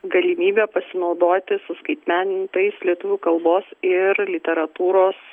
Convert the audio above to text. galimybė pasinaudoti suskaitmenintais lietuvių kalbos ir literatūros